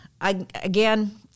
again